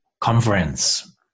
conference